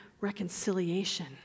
reconciliation